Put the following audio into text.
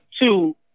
Two